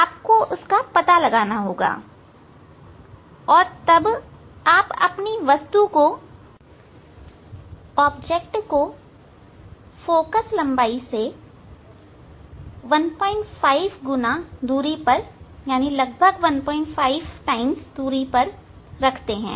आपको उसका पता लगाना होगा और तब आप अपनी वस्तु को फोकल लंबाई से 15 गुना दूरीलगभग 15 गुना दूरी पर रखते हैं